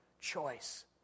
choice